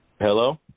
hello